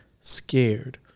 scared